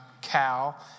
Cal